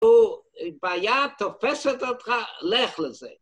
הבעיה תופסת אותך, לך לזה.